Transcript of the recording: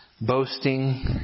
boasting